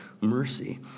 mercy